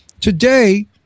Today